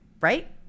right